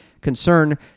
concern